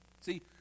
See